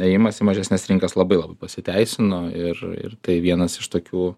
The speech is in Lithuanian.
ėjimas į mažesnes rinkas labai labai pasiteisino ir ir tai vienas iš tokių